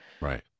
Right